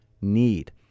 need